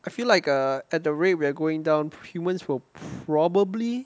I feel like err at the rate we're going down humans will probably